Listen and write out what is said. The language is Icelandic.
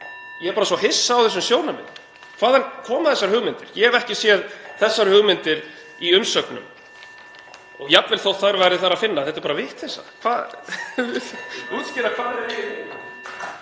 Ég er bara svo hissa á þessum sjónarmiðum. Hvaðan koma þessar hugmyndir? Ég hef ekki séð þessar hugmyndir í umsögnum og jafnvel þótt þær væri þar að finna þá er þetta bara vitleysa. Það þarf að útskýra